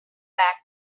back